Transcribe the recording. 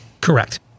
Correct